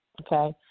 okay